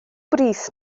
brys